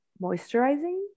moisturizing